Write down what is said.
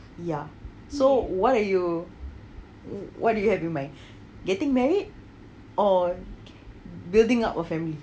ya so what are you what do you have in mind getting married or building up a family